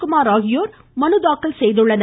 குமார் ஆகியோர் இன்று மனுதாக்கல் செய்தனர்